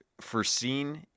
foreseen